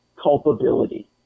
culpability